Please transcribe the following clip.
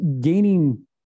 gaining